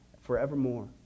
forevermore